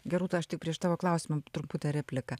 gerūta aš tik prieš tavo klausimą trumputę repliką